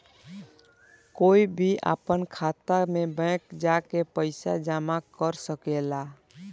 कोई भी आपन खाता मे बैंक जा के पइसा जामा कर सकेला